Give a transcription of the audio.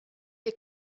wir